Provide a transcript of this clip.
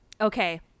Okay